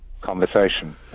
conversation